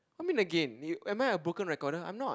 I mean again you am I a broken recorder I'm not